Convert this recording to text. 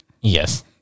yes